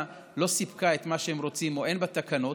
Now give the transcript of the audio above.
לא סיפקה את מה שהם רוצים או שאין בתקנות.